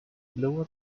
lower